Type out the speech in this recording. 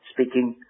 speaking